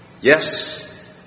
Yes